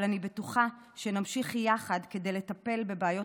אבל אני בטוחה שנמשיך יחד כדי לטפל בבעיות